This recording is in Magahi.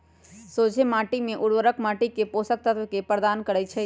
सोझें माटी में उर्वरक माटी के पोषक तत्व प्रदान करै छइ